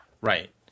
Right